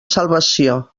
salvació